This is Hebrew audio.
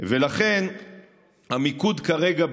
לכן המיקוד כרגע,